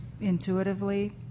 intuitively